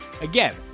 Again